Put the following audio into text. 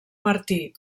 martí